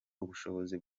ubushobozi